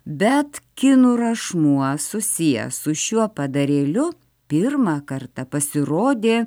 bet kinų rašmuo susijęs su šiuo padarėliu pirmą kartą pasirodė